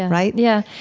right? yeah,